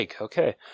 okay